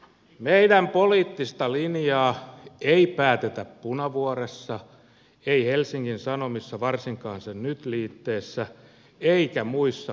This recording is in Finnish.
meidän poliittista linjaamme ei päätetä punavuoressa ei helsingin sanomissa varsinkaan sen nyt liitteessä eikä muissa puolueissa